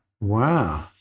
Wow